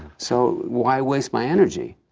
so why waste my energy?